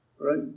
right